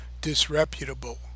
disreputable